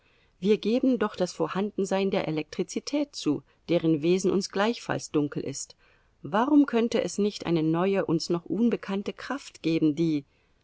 wir geben doch das vorhandensein der elektrizität zu deren wesen uns gleichfalls dunkel ist warum könnte es nicht eine neue uns noch unbekannte kraft geben die